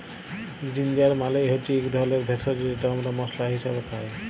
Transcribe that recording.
ginger মালে হচ্যে ইক ধরলের ভেষজ যেট আমরা মশলা হিসাবে খাই